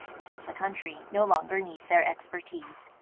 since the country no longer needs their expertise.